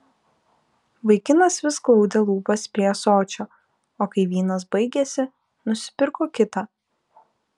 vaikinas vis glaudė lūpas prie ąsočio o kai vynas baigėsi nusipirko kitą